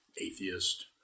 atheist